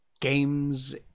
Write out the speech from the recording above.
Games